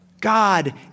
God